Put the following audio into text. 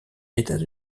états